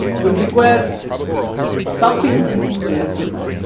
will require something to into the register file,